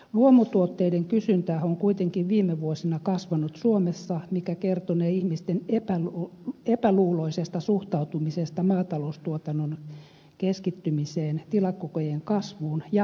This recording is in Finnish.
luomutuotteiden kysyntä on kuitenkin viime vuosina kasvanut suomessa mikä kertonee ihmisten epäluuloisesta suhtautumisesta maataloustuotannon keskittymiseen tilakokojen kasvuun ja tehotuotantoon